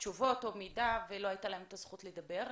תשובות או מידע, ולא הייתה להם את הזכות לדבר.